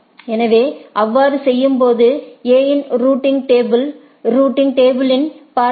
எனவே அவ்வாறு செய்யும்போது A இன் ரூட்டிங் டேபிள் ரூட்டிங் டேபிளை பார்த்தால்